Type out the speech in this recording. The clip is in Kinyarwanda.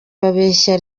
babeshya